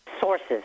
sources